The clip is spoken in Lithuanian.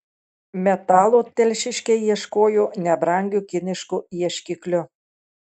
metalo telšiškiai ieškojo nebrangiu kinišku ieškikliu